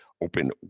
open